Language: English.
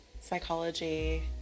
psychology